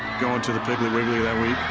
going to the piggly wiggly that week,